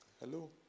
Hello